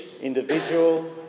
individual